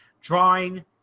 drawing